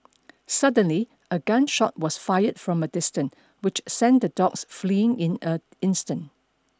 suddenly a gun shot was fired from a distant which sent the dogs fleeing in a instant